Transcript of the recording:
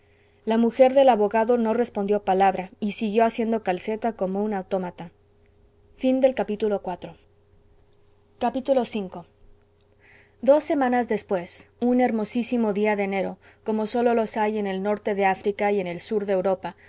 la mujer del abogado no respondió palabra y siguió haciendo calceta como un autómata v dos semanas después un hermosísimo día de enero como sólo los hay en el norte de áfrica y en el sur de europa